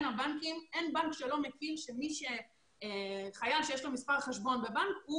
אין בנק שלא מכיר שחייל שיש לו מספר חשבון בבנק,